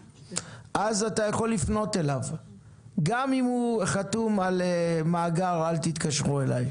אז אתה יכול לפנות אליו גם אם הוא חתום על מאגר "אל תתקשרו אליי".